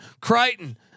Crichton